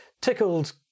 tickled